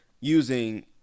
using